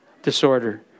Disorder